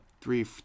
three